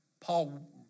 Paul